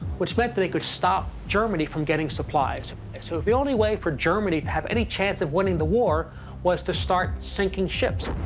which meant that it could stop germany from getting supplies. so the only way for germany to have any chance of winning the war was to start sinking ships